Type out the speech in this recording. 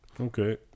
Okay